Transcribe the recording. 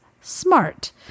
Smart